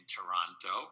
Toronto